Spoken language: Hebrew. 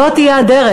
זוהי הדרך.